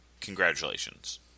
Congratulations